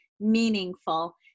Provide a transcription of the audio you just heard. meaningful